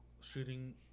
shooting